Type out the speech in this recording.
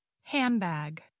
Handbag